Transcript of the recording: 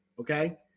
Okay